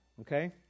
Okay